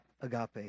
agape